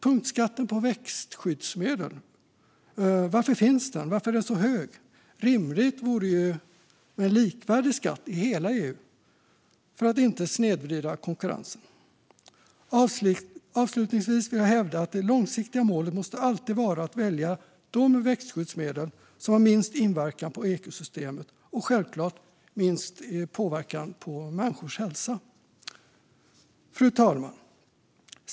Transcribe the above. Punktskatten på växtskyddsmedel - varför finns den, och varför är den så hög? Rimligt vore ju en likvärdig skatt i hela EU för att inte snedvrida konkurrensen. Det långsiktiga målet, vill jag hävda, måste vara att alltid välja de växtskyddsmedel som har minst inverkan på ekosystemet och självklart minst påverkan på människors hälsa. Fru talman!